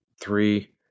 Three